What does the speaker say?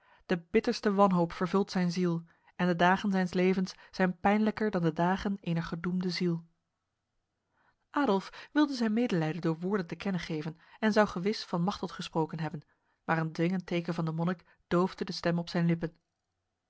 de bitterste wanhoop vervult zijn ziel en de dagen zijns levens zijn pijnlijker dan de dagen ener gedoemde ziel adolf wilde zijn medelijden door woorden te kennen geven en zou gewis van machteld gesproken hebben maar een dwingend teken van de monnik doofde de stem op zijn lippen